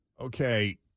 Okay